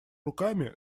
руками